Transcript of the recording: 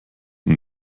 und